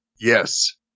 Yes